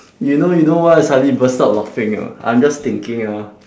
you know you know why I suddenly burst out laughing or not I'm just thinking ah